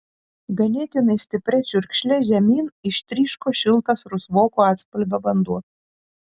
ganėtinai stipria čiurkšle žemyn ištryško šiltas rusvoko atspalvio vanduo